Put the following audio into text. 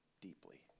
deeply